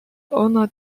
owner